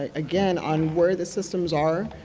ah again, on where the systems are,